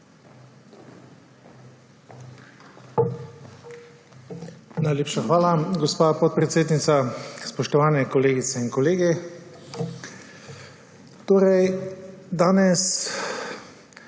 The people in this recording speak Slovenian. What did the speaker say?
Najlepša hvala, gospa podpredsednica. Spoštovane kolegice in kolegi! Danes